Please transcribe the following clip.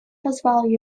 позвал